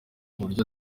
buryo